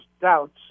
doubts